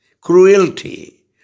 cruelty